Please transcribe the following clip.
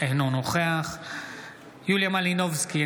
אינו נוכח יוליה מלינובסקי,